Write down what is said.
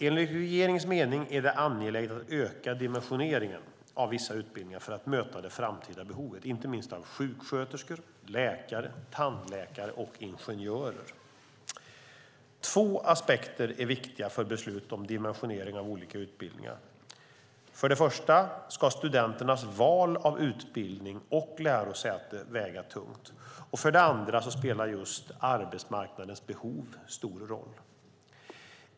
Enligt regeringens mening är det angeläget att öka dimensioneringen av vissa utbildningar för att möta det framtida behovet, inte minst av sjuksköterskor, läkare, tandläkare och ingenjörer. Två aspekter är viktiga för beslut om dimensionering av olika utbildningar. För det första ska studenternas val av utbildning och lärosäte väga tungt. För det andra spelar just arbetsmarknadens behov stor roll.